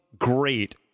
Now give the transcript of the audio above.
great